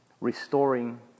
restoring